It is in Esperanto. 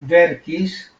verkis